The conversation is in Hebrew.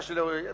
מה שלא יהיה,